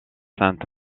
sainte